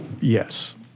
Yes